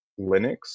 Linux